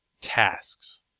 tasks